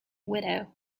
widow